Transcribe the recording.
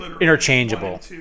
interchangeable